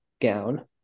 gown